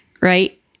right